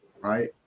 right